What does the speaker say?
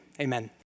amen